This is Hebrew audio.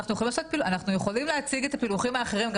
אנחנו יכולים להציג את הפילוחים האחרים,